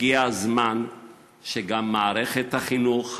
הגיע הזמן שגם מערכת החינוך,